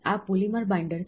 આ polymer binder છે